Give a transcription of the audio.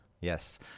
Yes